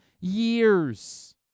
years